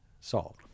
solved